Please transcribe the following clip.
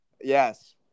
Yes